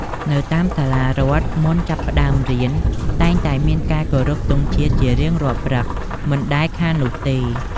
នៅតាមសាលារដ្ឋ មុនចាប់ផ្ដើមរៀន តែងតែមានការគោរពទង់ជាតិជារៀងរាល់ព្រឹក មិនដែលខាននោះទេ។